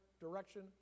direction